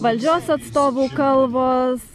valdžios atstovų kalbos